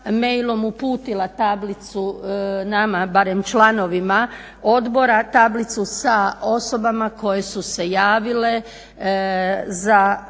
mailom uputila tablicu nama barem članovima odborima tablicu sa osobama koje su se javile za